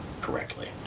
correctly